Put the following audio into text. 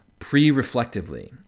pre-reflectively